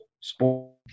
sport